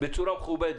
אלא בצורה מכובדת.